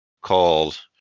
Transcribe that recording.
called